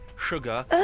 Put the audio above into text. sugar